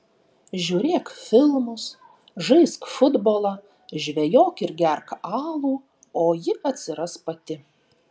žiūrėk filmus žaisk futbolą žvejok ir gerk alų o ji atsiras pati